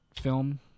film